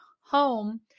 home